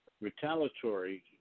retaliatory